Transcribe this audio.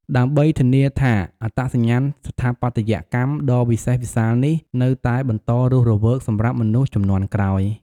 ដើម្បីធានាថាអត្តសញ្ញាណស្ថាបត្យកម្មដ៏វិសេសវិសាលនេះ នៅតែបន្តរស់រវើកសម្រាប់មនុស្សជំនាន់ក្រោយ។